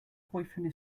boyfriend